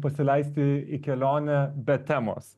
pasileisti į kelionę be temos